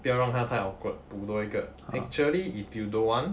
不要让他太 awkward 补多一个 actually if you don't want